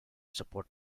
support